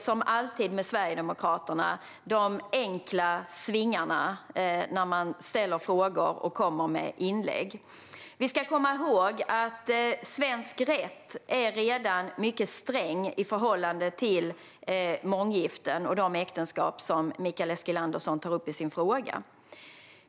Som alltid med Sverigedemokraterna blir det de enkla svingarna när man ställer frågor och kommer med inlägg. Vi ska komma ihåg att svensk rätt redan är mycket sträng när det gäller månggifte och de äktenskap som Mikael Eskilandersson tar upp i sin fråga.